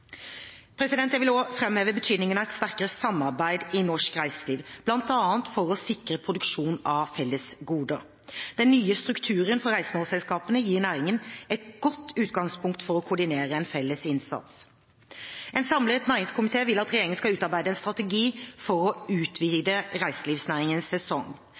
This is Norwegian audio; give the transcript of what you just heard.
Jeg vil også framheve betydningen av et sterkere samarbeid i norsk reiseliv, bl.a. for å sikre produksjonen av fellesgoder. Den nye strukturen for reisemålselskapene gir næringen et godt utgangspunkt for å koordinere en felles innsats. En samlet næringskomité vil at regjeringen skal utarbeide en strategi for å utvide reiselivsnæringens sesong.